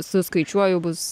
suskaičiuoju bus